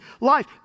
life